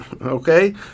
Okay